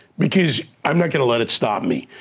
because i'm not gonna let it stop me.